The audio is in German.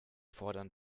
fordern